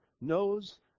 knows